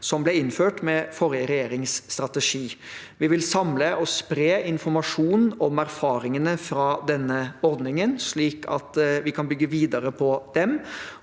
som ble innført med forrige regjerings strategi. Vi vil samle og spre informasjon om erfaringene fra denne ordningen, slik at vi kan bygge videre på dem.